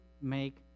make